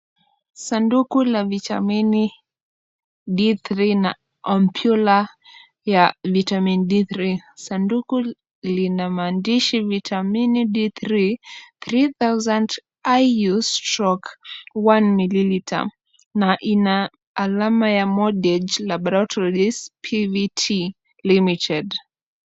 Sanduku la vitamini D3 na ampuler ya vitamin D3, sanduuku lina maandishi vitamini D3 three thousand IU stroke one millilitre na ina alama ya Modej labaratories PVT limited.